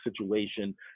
situation